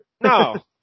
no